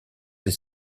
les